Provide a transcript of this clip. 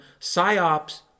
psyops